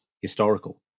historical